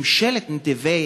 ממשלת נתיבי